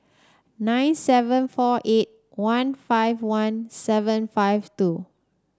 nine seven four eight one five one seven five two